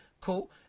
cool